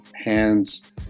hands